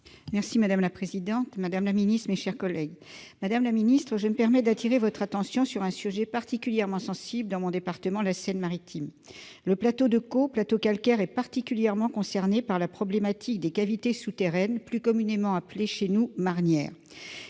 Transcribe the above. ministre de la transition écologique et solidaire. Madame la ministre, je me permets d'attirer votre attention sur un sujet particulièrement sensible dans mon département, la Seine-Maritime. Le plateau de Caux, plateau calcaire, est particulièrement concerné par le problème des cavités souterraines, plus communément appelées, chez nous, « marnières ».